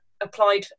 applied